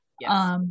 Yes